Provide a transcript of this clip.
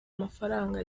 amafaranga